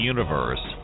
Universe